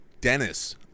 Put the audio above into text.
Dennis